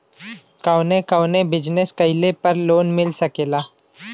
कवने कवने बिजनेस कइले पर लोन मिल सकेला?